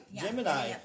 Gemini